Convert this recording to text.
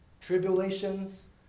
tribulations